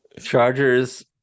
Chargers